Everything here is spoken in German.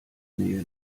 nähe